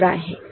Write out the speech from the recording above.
क्या अलग है